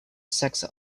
saxe